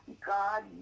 God